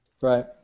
Right